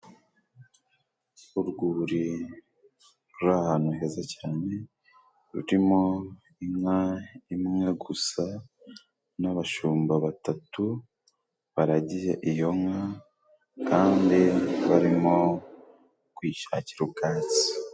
Urwuri rurahantu heza cyane, rurimo inka imwe gusa n'abashumba batatu baragiye iyo nka, kandi barimo kwishakira ubwatsi.